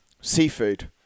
seafood